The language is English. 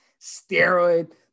steroid